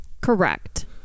Correct